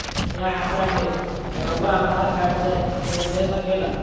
क्या हमरा के रहुआ आधार कार्ड से लोन दे सकेला?